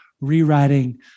rewriting